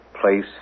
place